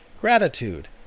Gratitude